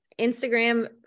Instagram